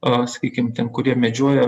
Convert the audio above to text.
a sakykim ten kurie medžioja